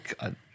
god